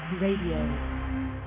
Radio